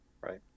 right